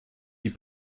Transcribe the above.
die